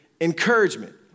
encouragement